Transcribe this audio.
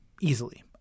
easily